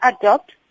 adopt